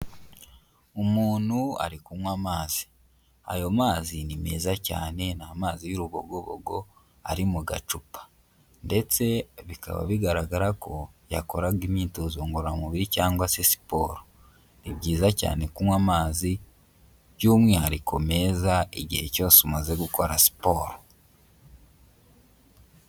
Umuntu ari kunywa amazi. Ayo mazi ni meza cyane, ni amazi y'urugogobogo ari mu gacupa. Ndetse bikaba bigaragara ko yakoraga imyitozo ngororamubiri cyangwa se siporo. Ni byiza cyane kunywa amazi by'umwihariko meza, igihe cyose umaze gukora siporo.